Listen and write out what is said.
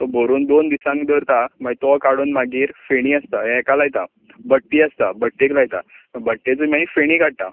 तो भरून दोन दिसांक दवरता मागी तो काडून मागीर फेणी आसता हेका लायता भट्टी आसता भट्टेक लायता भट्टेसून मागीर फेणी काडटात